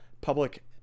public